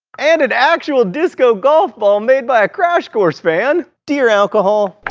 and an actual disco golf ball made by a crash course fan! dear alcohol